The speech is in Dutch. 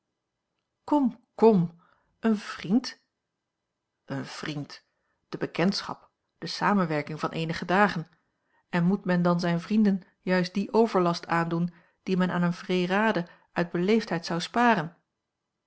kom kom een vriend een vriend de bekendschap de samenwerking van eenige dagen en moet men dan zijne vrienden juist dien overlast aandoen dien men aan een vreerade uit beleefdheid zou sparen